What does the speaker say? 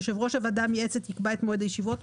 יושב ראש הוועדה המייעצת יקבע את מועד הישיבות,